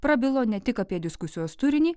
prabilo ne tik apie diskusijos turinį